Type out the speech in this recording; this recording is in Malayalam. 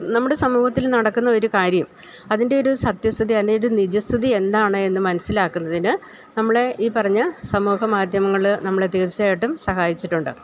നമ്മുടെ സമൂഹത്തില് നടക്കുന്നൊരു കാര്യം അതിൻ്റെ ഒരു സത്യസ്ഥിതി അല്ലെങ്കിലൊരു നിജസ്ഥിതി എന്താണെന്ന് മനസ്സിലാക്കുന്നതിന് നമ്മളെ ഈ പറഞ്ഞ സമൂഹമാദ്ധ്യമങ്ങള് നമ്മളെ തീർച്ചയായിട്ടും സഹായിച്ചിട്ടുണ്ട്